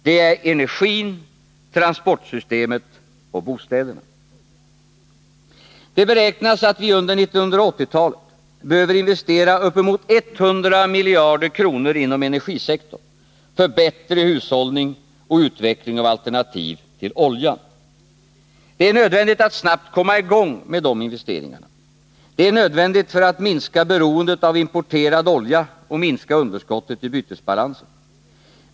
Det är energin, transportsystemet och bostäderna. Det beräknas att vi under 1980-talet behöver investera uppemot 100 miljarder kronor inom energisektorn för bättre hushållning och utveckling av alternativ till oljan. Det är nödvändigt att snabbt komma i gång med dessa investeringar. Det är nödvändigt för att minska beroendet av importerad olja och minska underskottet i bytesbalansen.